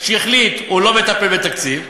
שהחליט שהוא לא מטפל בתקציב,